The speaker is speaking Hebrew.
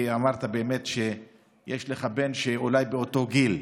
כי אמרת באמת שיש לך בן שהוא אולי באותו גיל,